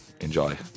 Enjoy